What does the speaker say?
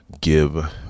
give